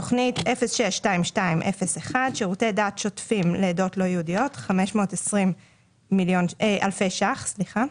תוכנית 06-22-01 שירותי דת שותפים לעדות לא יהודיות: 520 אלפי שקלים.